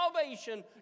salvation